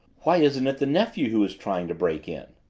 why isn't it the nephew who is trying to break in?